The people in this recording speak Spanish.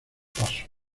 pasos